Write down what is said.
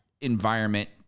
environment